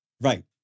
Right